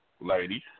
ladies